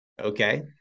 Okay